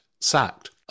sacked